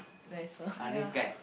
that is so